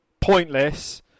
pointless